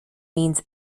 means